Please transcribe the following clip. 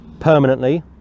permanently